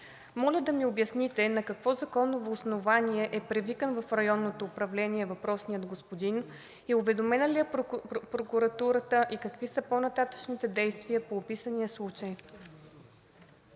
Моля да ми обясните: на какво законово основание е привикан въпросният господин, уведомена ли е прокуратурата и какви са по нататъшните действия по описания случай?